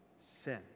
sin